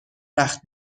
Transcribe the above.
وقت